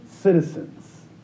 citizens